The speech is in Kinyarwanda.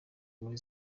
muri